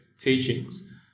teachings